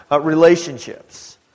relationships